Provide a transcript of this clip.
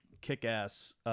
kick-ass